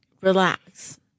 relax